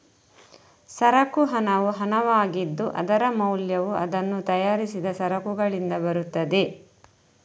ಸರಕು ಹಣವು ಹಣವಾಗಿದ್ದು, ಅದರ ಮೌಲ್ಯವು ಅದನ್ನು ತಯಾರಿಸಿದ ಸರಕುಗಳಿಂದ ಬರುತ್ತದೆ